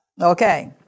Okay